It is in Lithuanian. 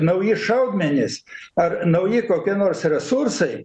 nauji šaudmenys ar nauji kokie nors resursai